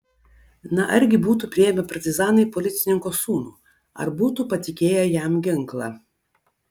na argi būtų priėmę partizanai policininko sūnų ar būtų patikėję jam ginklą